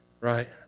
Right